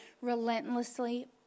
relentlessly